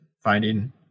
finding